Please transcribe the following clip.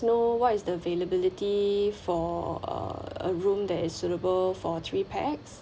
know what is the availability for a room that is suitable for three pax